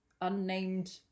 unnamed